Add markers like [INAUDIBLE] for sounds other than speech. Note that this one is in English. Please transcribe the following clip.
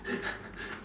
[LAUGHS]